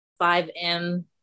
5M